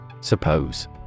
Suppose